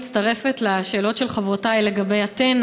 אני מצטרפת לשאלות של חברותיי לגבי אתנה.